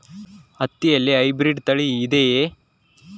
ಹತ್ತಿಯಲ್ಲಿ ಹೈಬ್ರಿಡ್ ತಳಿ ಇದೆಯೇ?